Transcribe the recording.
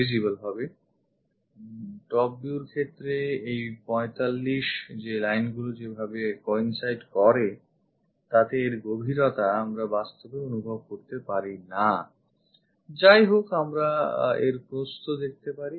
top view র ক্ষেত্রে ওই 45 lineগুলি যেভাবে coincide করে তাতে এর গভীরতা আমরা বাস্তবে অনুভব করতে পারি না যাইহোক আমরা এর প্রস্থ দেখতে পারি